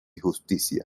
justicia